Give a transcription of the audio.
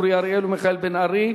אורי אריאל ומיכאל בן-ארי,